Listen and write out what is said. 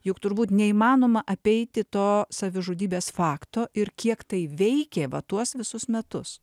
juk turbūt neįmanoma apeiti to savižudybės fakto ir kiek tai veikė va tuos visus metus